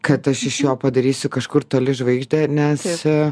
kad aš iš jo padarysiu kažkur toli žvaigždę nes